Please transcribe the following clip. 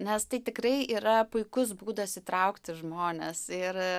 nes tai tikrai yra puikus būdas įtraukti žmones ir